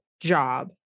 job